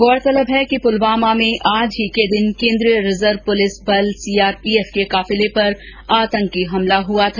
गौरतलब है कि प्रलवामा में आज ही के दिन केन्द्रीय रिजर्व प्रलिस बल सीआरपीएफ के काफिले पर आतंकी हमला किया गया था